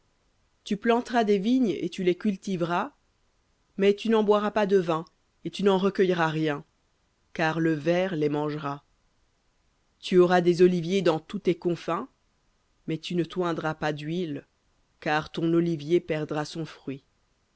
tu planteras des vignes et tu les cultiveras mais tu n'en boiras pas de vin et tu n'en recueilleras rien car le ver les mangera tu auras des oliviers dans tous tes confins mais tu ne t'oindras pas d'huile car ton olivier perdra son fruit